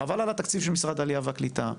חבל על התקציב של משרד העלייה והקליטה,